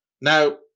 Now